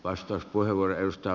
arvoisa puhemies